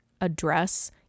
address